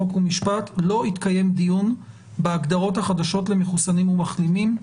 חוק ומשפט לא התקיים דיון בהגדרות החדשות למחוסנים ומחלימים,